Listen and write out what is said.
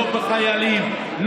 לא בחיילים,